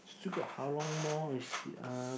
still got how long more you see uh